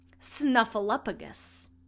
Snuffleupagus